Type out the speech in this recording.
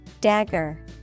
Dagger